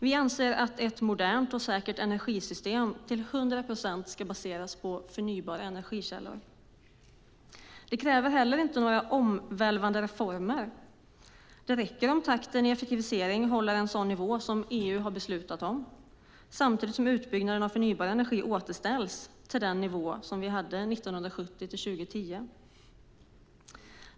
Vi anser att ett modernt och säkert energisystem till 100 procent ska baseras på förnybara energikällor. Det kräver inte några omvälvande reformer, utan det räcker om takten i effektiviseringen håller den nivå som EU har beslutat om - detta samtidigt som utbyggnaden av förnybar energi återställs till den nivå som vi hade åren 1970-2010.